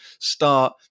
start